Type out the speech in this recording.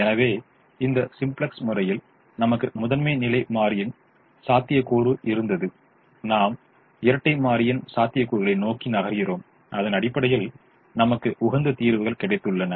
எனவே இந்த சிம்ப்ளெக்ஸ் முறையில் நமக்கு முதன்மை நிலை மாறியின் சாத்தியக்கூறு இருந்தது நாம் இரட்டை மாறியின் சாத்தியக்கூறுகளை நோக்கி நகர்கிறோம் அதன் அடிப்படையில் நமக்கு உகந்த தீர்வுகள் கிடைத்துள்ளன